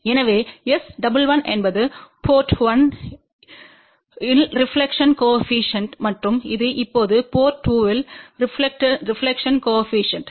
எனவே S11என்பது போர்ட் 1 இல் ரெப்லக்டெட்ப்பு கோஏபிசிஎன்ட் மற்றும் இது இப்போது போர்ட் 2 இல் ரெப்லக்டெட்ப்பு கோஏபிசிஎன்ட்